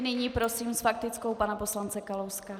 Nyní prosím s faktickou pana poslance Kalouska.